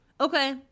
Okay